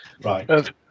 Right